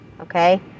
Okay